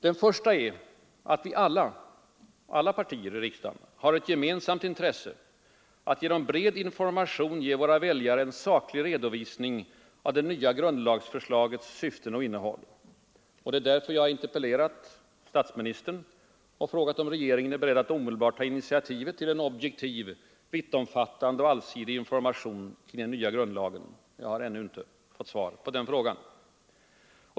Den första är att alla partier i riksdagen har ett gemensamt intresse att genom bred information ge våra väljare en saklig redovisning av det nya grundlagsförslagets syften och innehåll. Det är därför jag har interpellerat statsministern och frågat om regeringen är beredd att omedelbart ta initiativ till en objektiv, vittomfattande och allsidig information kring den nya grundlagen. Jag har ännu inte fått svar på den frågan.